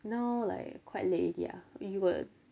now like quite late already ah you got